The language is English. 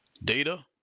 data,